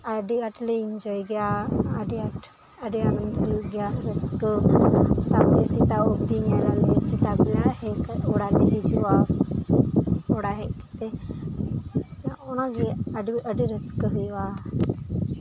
ᱟᱹᱰᱤ ᱟᱸᱴ ᱞᱮ ᱤᱱᱡᱚᱭ ᱜᱮᱭᱟ ᱟᱹᱰᱤ ᱟᱸᱴ ᱟᱹᱰᱤ ᱤᱱᱡᱚᱭ ᱦᱩᱭᱩᱜᱼᱟ ᱟᱹᱰᱤ ᱨᱟᱹᱥᱠᱟᱹ ᱛᱟᱨᱯᱚᱨ ᱥᱮᱛᱟᱜ ᱚᱵᱫᱤ ᱧᱮᱞ ᱟᱞᱮ ᱥᱮᱛᱟᱜ ᱵᱮᱲᱟ ᱚᱲᱟᱜ ᱞᱮ ᱦᱤᱡᱩᱜᱼᱟ ᱚᱲᱟᱜ ᱦᱮᱡ ᱠᱟᱛᱮ ᱚᱱᱟᱜᱮ ᱟᱹᱰᱤ ᱨᱟᱹᱥᱠᱟᱹ ᱦᱩᱭᱩᱜᱼᱟ